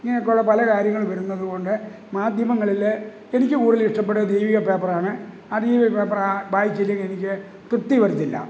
ഇങ്ങനെയൊക്കെ ഉള്ള പല കാര്യങ്ങളും വരുന്നതുകൊണ്ട് മാധ്യമങ്ങളില് എനിക്ക് കൂടുതൽ ഇഷ്ടപ്പെടുന്നത് ദീപിക പേപ്പർ ആണ് ആ ദീപിക പേപ്പർ വായിച്ചില്ലെങ്കിൽ എനിക്ക് തൃപ്തി വരില്ല